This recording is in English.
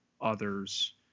others